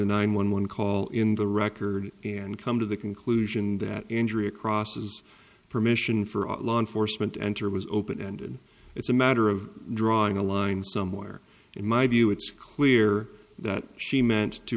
regarding nine one one call in the record and come to the conclusion that injury across is permission for a law enforcement to enter was open ended it's a matter of drawing a line somewhere in my view it's clear that she meant to